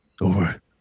over